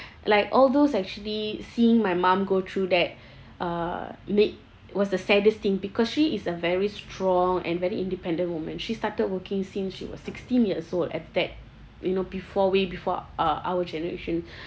like all those actually seeing my mum go through that uh make was the saddest thing because she is a very strong and very independent woman she started working since she was sixteen years old at that you know before way before uh our generation